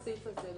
בסעיף הזה זה